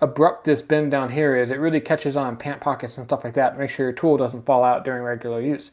abrupt this bend down here is. it really catches on pant pockets and stuff like that and makes sure your tool doesn't fall out during regular use.